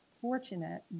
fortunate